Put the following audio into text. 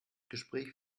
gespräch